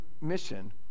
mission